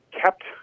kept